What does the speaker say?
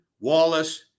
wallace